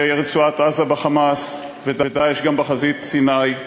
ברצועת-עזה ב"חמאס", ו"דאעש" גם בחזית סיני.